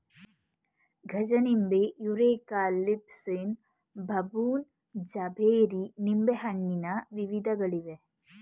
ಗಜನಿಂಬೆ, Eureka, Lisbon, ಬಬೂನ್, ಜಾಂಬೇರಿ ನಿಂಬೆಹಣ್ಣಿನ ವಿಧಗಳಿವೆ